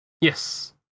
Yes